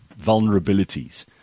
vulnerabilities